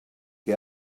que